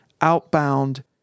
outbound